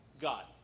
God